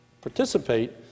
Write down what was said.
participate